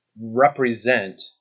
represent